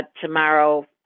tomorrow